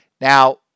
Now